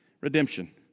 Redemption